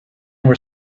were